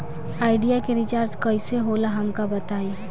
Idea के recharge कईसे होला हमका बताई?